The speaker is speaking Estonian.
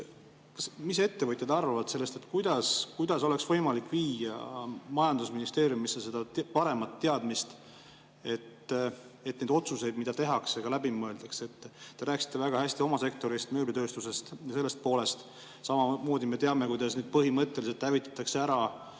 mida ettevõtjad arvavad sellest, kuidas oleks võimalik viia majandusministeeriumisse seda paremat teadmist, et neid otsuseid, mida tehakse, ka läbi mõeldakse? Te rääkisite väga hästi oma sektorist, mööblitööstusest ja sellest poolest. Samamoodi me teame, kuidas põhimõtteliselt hävitatakse ära